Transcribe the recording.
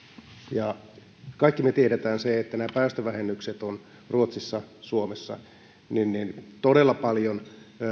kaikki me tiedämme sen että nämä päästövähennykset ovat ruotsissa ja suomessa todella paljon